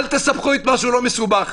אל תסבכו את מה שלא מסובך,